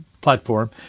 platform